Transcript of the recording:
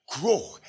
grow